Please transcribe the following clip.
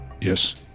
Yes